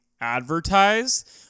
advertised